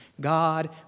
God